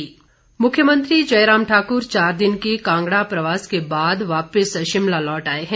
मख्यमंत्री मुख्यमंत्री जयराम ठाक्र चार दिन के कांगड़ा प्रवास के बाद वापिस शिमला लौट आए हैं